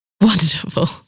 Wonderful